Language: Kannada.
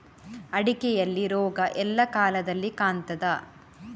ಅಡಿಕೆಯಲ್ಲಿ ರೋಗ ಎಲ್ಲಾ ಕಾಲದಲ್ಲಿ ಕಾಣ್ತದ?